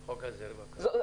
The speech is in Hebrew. אתה אדם אופטימי.